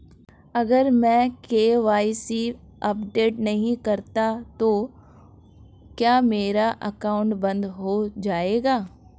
अगर मैं KYC update नहीं करता तो क्या मेरा अकाउंट बंद हो जाएगा?